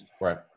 right